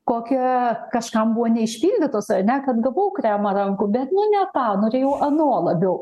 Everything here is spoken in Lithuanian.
kokia kažkam buvo neišpildytos ar ne kad gavau kremą rankų bet nu ne tą norėjau ano labiau